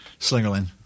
Slingerland